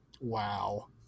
Wow